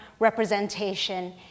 Representation